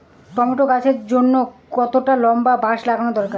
Tomato গাছের জন্যে কতটা লম্বা বাস লাগানো দরকার?